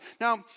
Now